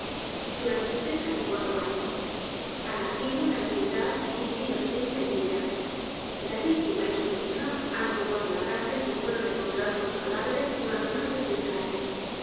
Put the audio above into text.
durante cerca decuatro años ilanacido en la vecindad y vivido siempre en ella la víctima y su hija han ocupado la casa en que fueron encontrados los cadáveres durante más de seis años